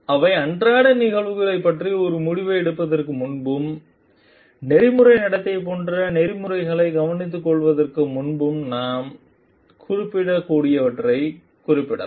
எனவே அன்றாட நிகழ்வுகளைப் பற்றி ஒரு முடிவை எடுப்பதற்கு முன்பும் நெறிமுறை நடத்தை போன்ற நெறிமுறைகளை கவனித்துக் கொள்வதற்கும் முன்பு நாம் குறிப்பிடக்கூடியவற்றைக் குறிப்பிடலாம்